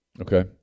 Okay